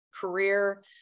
career